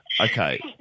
Okay